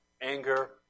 anger